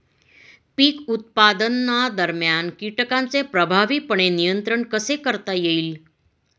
पीक उत्पादनादरम्यान कीटकांचे प्रभावीपणे नियंत्रण कसे करता येईल?